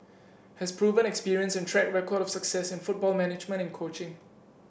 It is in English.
has proven experience and track record of success in football management and coaching